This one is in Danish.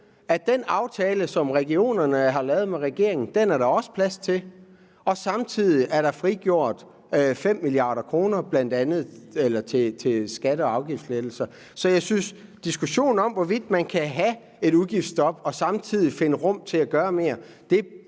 Den aftale, som regionerne har lavet med regeringen, er der også plads til. Og samtidig er der frigjort 5 mia. kr. til skatte- og afgiftslettelser. Så jeg synes, at hvad angår diskussionen om, hvorvidt man kan have et udgiftsstop og samtidig finde rum til at gøre mere,